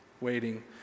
waiting